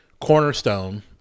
cornerstone